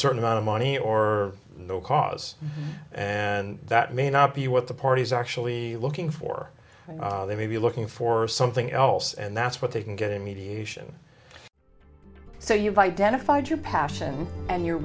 certain amount of money or no cause and that may not be what the parties are actually looking for and they may be looking for something else and that's what they can get in mediation so you've identified your passion and you're